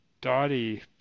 Dottie